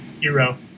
hero